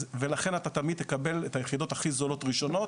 ולכן אתה תמיד תקבל את היחידות הכי זולות ראשונות,